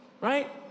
Right